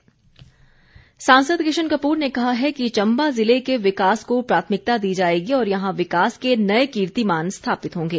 किशन कपूर सांसद किशन कपूर ने कहा है कि चम्बा ज़िले के विकास को प्राथमिकता दी जाएगी और यहां विकास के नए कीर्तिमान स्थापित होंगे